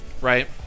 Right